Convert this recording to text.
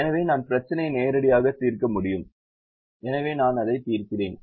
எனவே நான் பிரச்சினையை நேரடியாக தீர்க்க முடியும் எனவே நான் அதை தீர்க்கிறேன்